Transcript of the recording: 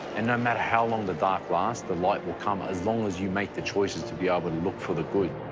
and no matter how long the dark lasts, the light will come, ah as long as you make the choices to be able ah but to look for the good.